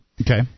Okay